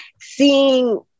seeing